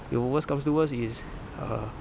you worst comes to worst is err